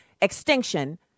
extinction